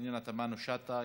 פנינה תמנו-שטה,